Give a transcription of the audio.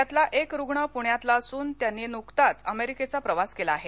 यातला एक रुग्ण पुण्यातला असून त्यांनी नुकताच अमेरिकेचा प्रवास केला आहे